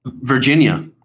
Virginia